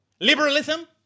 Liberalism